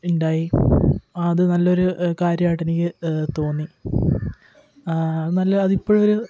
ഉണ്ടായി അത് നല്ലൊരു കാര്യമായിട്ടെനിക്ക് തോന്നി നല്ലതാ അതിപ്പൊഴൊര്